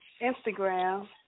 Instagram